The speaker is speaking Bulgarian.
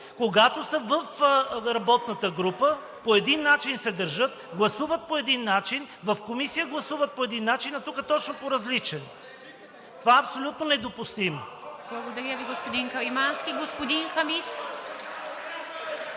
Когато са в работната група, по един начин се държат, гласуват по един начин, в Комисия гласуват по един начин, а тук точно по различен. (Шум и реплики от